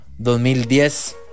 2010